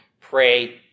pray